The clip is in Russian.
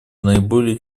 наиболее